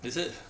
is it